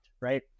right